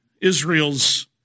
Israel's